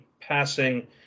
passing